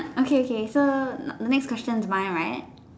okay okay so next question it mine right